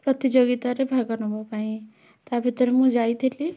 ପ୍ରତିଯୋଗିତାରେ ଭାଗ ନେବା ପାଇଁ ତା' ଭିତରେ ମୁଁ ଯାଇଥିଲି